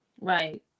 right